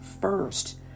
first